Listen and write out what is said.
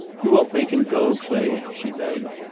you won't make him go, clay? she begged.